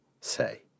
say